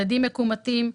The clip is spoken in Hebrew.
מדדים מכומתים,